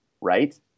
right